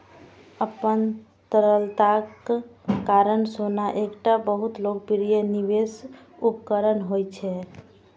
अपन तरलताक कारण सोना एकटा बहुत लोकप्रिय निवेश उपकरण होइ छै